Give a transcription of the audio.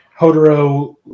Hodoro